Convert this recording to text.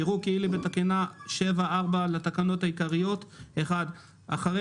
יראו כאילו בתקנה 7(4) לתקנות העיקריות (1) אחרי